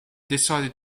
decided